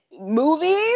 movies